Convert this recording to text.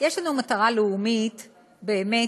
יש לנו מטרה לאומית באמת,